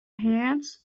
hands